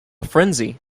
frenzy